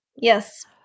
Yes